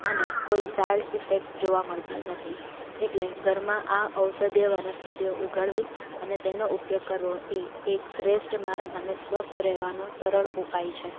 અને કોઈ side effect જોવા મળતી નથી એટલે ઘરમાં આ ઔષધિય વનસ્પતિઓ ઉગાડવી અને તેનો ઉપયોગ કરવો એ એક શ્રેષ્ઠ માર્ગ અને સ્વસ્થ રહેવાનો સરળ ઉપાય છે